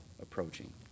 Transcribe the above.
approaching